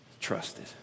trusted